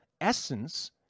essence